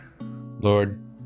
Lord